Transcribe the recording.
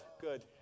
good